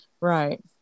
Right